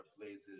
places